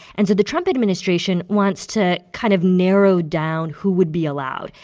and so the trump administration wants to kind of narrow down who would be allowed.